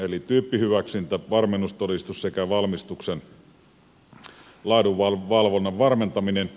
eli tyyppihyväksyntä varmennustodistus sekä valmistuksen laadunvalvonnan varmentaminen